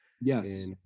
Yes